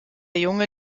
junge